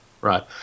Right